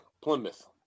Plymouth